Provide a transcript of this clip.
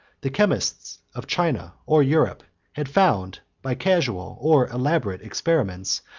the chemists of china or europe had found, by casual or elaborate experiments,